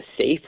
safe